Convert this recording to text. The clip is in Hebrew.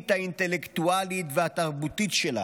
מהעילית האינטלקטואלית והתרבותית שלה: